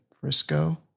Frisco